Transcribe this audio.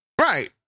Right